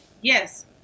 Yes